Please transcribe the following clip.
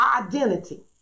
identity